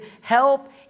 help